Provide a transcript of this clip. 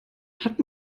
hat